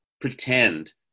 pretend